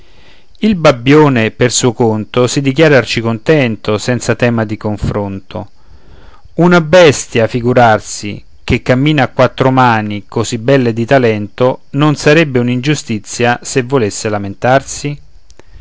il babbione per suo conto si dichiara arcicontento senza tema di confronto una bestia figurarsi che cammina a quattro mani così bella e di talento non sarebbe un'ingiustizia se volesse lamentarsi